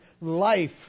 life